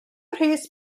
mhres